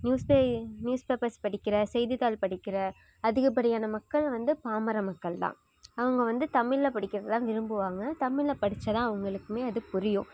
நியூஸ்பே news papers படிக்கிற செய்தித்தாள் படிக்கிற அதிகப்படியான மக்கள் வந்து பாமரமக்கள்தான் அவங்க வந்து தமிழில் படிக்கிறதைதான் விரும்புவாங்க தமிழில் படித்தாதான் அவங்களுக்குமே அது புரியும்